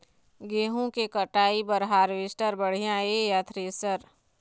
गेहूं के कटाई बर हारवेस्टर बढ़िया ये या थ्रेसर?